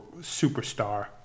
superstar